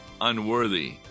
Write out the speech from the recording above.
unworthy